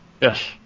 Yes